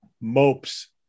Mopes